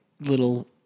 little